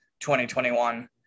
2021